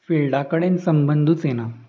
फिल्डा कडेन संबंदूच येना